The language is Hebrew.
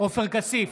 עופר כסיף,